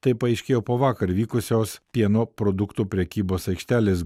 tai paaiškėjo po vakar vykusios pieno produktų prekybos aikštelės